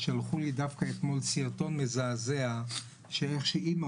שלחו לי אתמול סרטון מזעזע איך שאמא